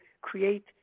create